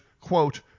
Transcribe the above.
quote